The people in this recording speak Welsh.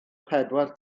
pedwar